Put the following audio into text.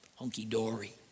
honky-dory